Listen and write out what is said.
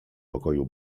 pokoju